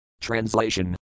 translation